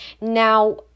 Now